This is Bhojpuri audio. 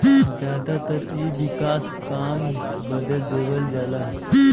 जादातर इ विकास काम बदे देवल जाला